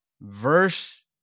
verse